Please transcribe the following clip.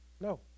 No